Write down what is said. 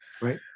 Right